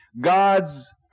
God's